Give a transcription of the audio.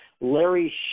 Larry